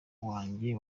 wanjye